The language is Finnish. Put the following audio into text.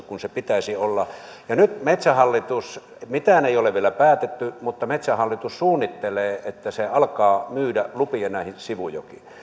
kuin pitäisi olla ja nyt metsähallitus mitään ei ole vielä päätetty suunnittelee että se alkaa myydä lupia näihin sivujokiin